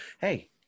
Hey